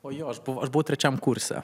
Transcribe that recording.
o jo aš buvau aš buvau trečiam kurse